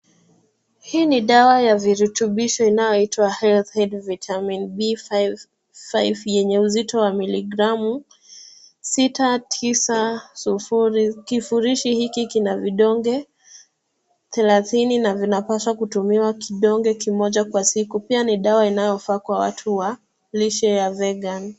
Hii ni dawa ya virutubisho inayoitwa, health aid vitamin B5,yenye uzito wa miligramu sita tisa sufuri. Kifurushi hiki kina vidonge thelathini na vinapaswa kutumiwa kidonge kimoja kwa siku. Pia ni dawa inayofaa kwa watu wa lishe ya zegan .